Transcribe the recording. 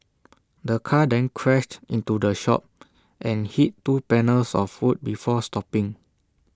the car then crashed into the shop and hit two panels of wood before stopping